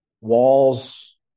Walls